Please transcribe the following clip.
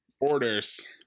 orders